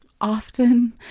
often